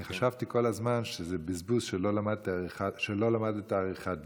אני כל הזמן חשבתי שזה בזבוז שלא למדת עריכת דין.